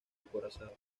acorazados